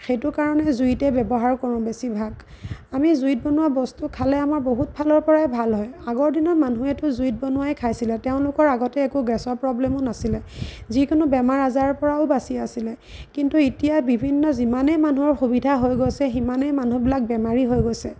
সেইটো কাৰণে জুইতে ব্যৱহাৰ কৰোঁ বেছিভাগ আমি জুইত বনোৱা বস্তু খালে আমাৰ বহুত ফালৰ পৰাই ভাল হয় আগৰ দিনৰ মানুহেতো জুইত বনোৱাই খাইছিলে তেওঁলোকৰ আগতে একো গেছৰ প্ৰবলেমো নাছিলে যিকোনো বেমাৰ আজাৰৰ পৰাও বাচি আছিলে কিন্তু এতিয়া বিভিন্ন যিমানেই মানুহৰ সুবিধা হৈ গৈছে সিমানেই মানুহবিলাক বেমাৰী হৈ গৈছে